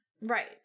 right